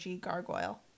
gargoyle